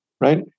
right